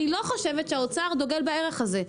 אני לא חושבת שהאוצר דוגל בערך הזה.